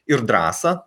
ir drąsą